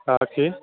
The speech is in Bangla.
হ্যাঁ কে